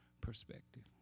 perspective